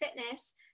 fitness